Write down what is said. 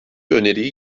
öneriyi